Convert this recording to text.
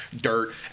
dirt